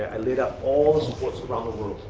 i lit up all the sports around the world,